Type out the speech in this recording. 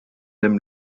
dem